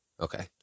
Okay